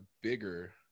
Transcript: bigger